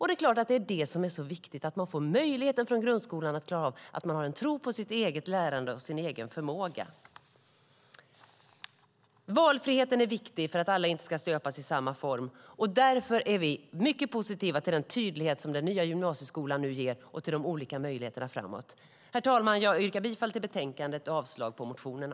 Det är detta som är så viktigt: Man ska få möjligheter från grundskolan att klara av det hela, och man ska få en tro på sitt eget lärande och sin egen förmåga. Valfriheten är viktig för att alla inte ska stöpas i samma form. Därför är vi mycket positiva till den tydlighet som den nya gymnasieskolan nu ger och till de olika möjligheterna framåt. Herr talman! Jag yrkar bifall till förslaget i betänkandet och avslag på motionerna.